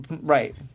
right